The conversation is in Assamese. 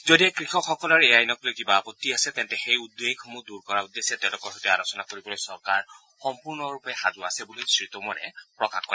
যদিহে কৃষকসকলৰ এই আইনক লৈ কিবা আপত্তি আছে তেন্তে সেই উদ্বেগসমূহ দূৰ কৰাৰ উদ্দেশ্যে তেওঁলোকৰ সৈতে আলোচনা কৰিবলৈ চৰকাৰ সম্পূৰ্ণৰূপে সাজু আছে বুলি টোমৰে প্ৰকাশ কৰে